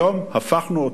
היום הפכנו,